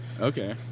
Okay